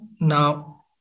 Now